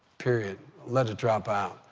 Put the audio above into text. period, let it drop out.